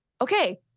okay